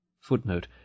Footnote